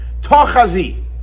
Tochazi